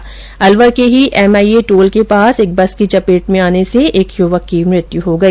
उधर अलवर के ही एम आई ए टोल के पास एक बस की चपेट में आने से एक युवक की मृत्य हो गई